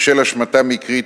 בשל השמטה מקרית,